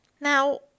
Now